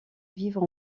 vivre